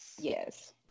Yes